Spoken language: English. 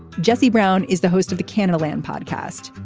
jesse brown is the host of the canada land podcast.